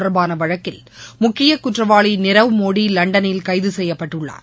தொடர்பான வழக்கில் முக்கிய குற்றவாளி நீரவ் மோடி லண்டனில் கைது செய்யப்பட்டுள்ளார்